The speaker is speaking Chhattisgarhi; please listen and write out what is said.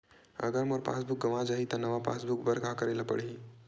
अगर मोर पास बुक गवां जाहि त नवा पास बुक बर का करे ल पड़हि?